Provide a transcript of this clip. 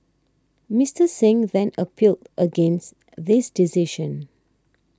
Mister Singh then appealed against this decision